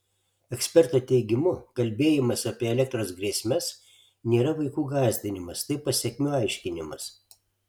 eksperto teigimu kalbėjimas apie elektros grėsmes nėra vaikų gąsdinimas tai pasekmių aiškinimas